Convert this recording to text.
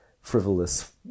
frivolous